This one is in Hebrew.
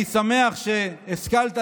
אני שמח שהשכלת,